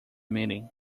meeting